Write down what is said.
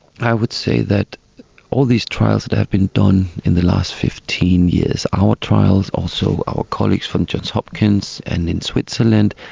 i would say that all these trials that have been done in the last fifteen years, our trials, also our colleagues from johns hopkins and in switzerland,